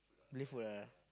Malay food ah